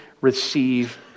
receive